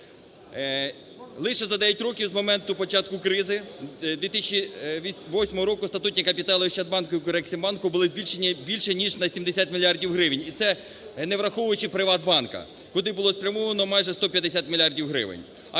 Лише за 9 років з моменту початку кризи 2008 року статутні капітали "Ощадбанку" і "Укрексімбанку" були збільшені більше, ніж на 70 мільярдів гривень і це, не враховуючи "ПриватБанку", куди були спрямовано майже 150 мільярдів